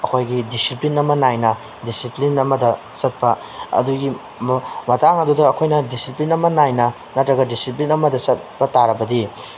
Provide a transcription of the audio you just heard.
ꯑꯩꯈꯣꯏꯒꯤ ꯗꯤꯁꯤꯄ꯭ꯂꯤꯟ ꯑꯃ ꯅꯥꯏꯅ ꯗꯤꯁꯤꯄ꯭ꯂꯤꯟ ꯑꯃꯗ ꯆꯠꯄ ꯑꯗꯨꯒꯤ ꯃꯇꯥꯡ ꯑꯗꯨꯗ ꯑꯩꯈꯣꯏꯅ ꯗꯤꯁꯤꯄ꯭ꯂꯤꯟ ꯑꯃ ꯅꯥꯏꯅ ꯅꯠꯇ꯭ꯔꯒ ꯗꯤꯁꯤꯄ꯭ꯂꯤꯟ ꯑꯃꯗ ꯆꯠꯄ ꯇꯥꯔꯕꯗꯤ